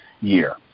year